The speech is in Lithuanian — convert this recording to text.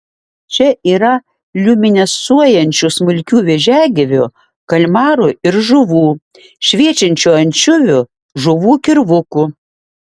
čia yra liuminescuojančių smulkių vėžiagyvių kalmarų ir žuvų šviečiančių ančiuvių žuvų kirvukų